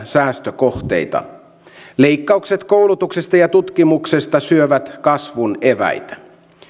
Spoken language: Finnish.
säästökohteita leikkaukset koulutuksesta ja tutkimuksesta syövät kasvun eväitä